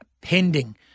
pending